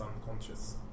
unconscious